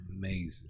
Amazing